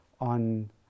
on